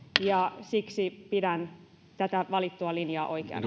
ja siksi pidän tätä valittua linjaa oikeana